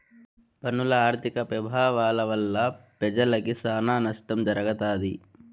పన్నుల ఆర్థిక పెభావాల వల్ల పెజలకి సానా నష్టం జరగతాది